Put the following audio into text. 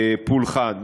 הפולחן.